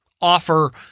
offer